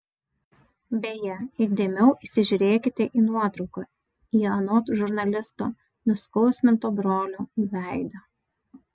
beje įdėmiau įsižiūrėkite į nuotrauką į anot žurnalisto nuskausminto brolio veidą